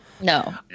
No